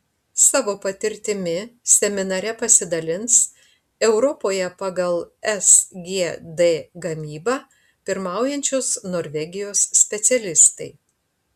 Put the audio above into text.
savo patirtimi seminare pasidalins europoje pagal sgd gamybą pirmaujančios norvegijos specialistai